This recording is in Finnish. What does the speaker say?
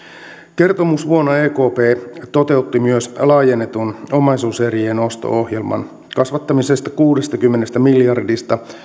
kertomusvuonna ekp toteutti myös laajennetun omaisuuserien osto ohjelman kasvattamisen kuudestakymmenestä miljardista